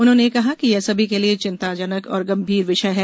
उन्होंने कहा कि यह सभी के लिए चिंताजनक और गंभीर विषय है